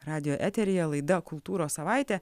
radijo eteryje laida kultūros savaitė